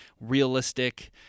realistic